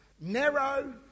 narrow